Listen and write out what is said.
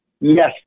Yes